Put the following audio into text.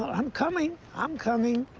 ah i'm coming, i'm coming.